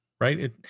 right